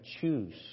choose